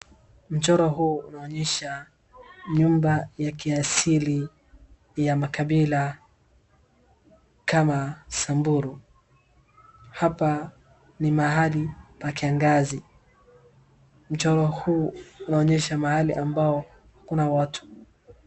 Mchoro huu unaonyesha nyumba ya kiasili ya makabila kama samburu hapa ni mahali pa kiangazi. Mchoro huu unaonyesha mahali ambamo kuna watu.